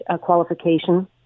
qualification